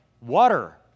Water